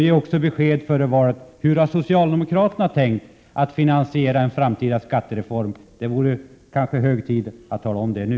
Ge också besked före valet om hur socialdemokraterna har tänkt finansiera en framtida skattereform. Det vore kanske hög tid att tala om det nu.